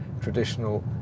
traditional